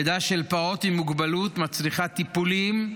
לידה של פעוט עם מוגבלות מצריכה טיפולים,